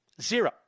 Zero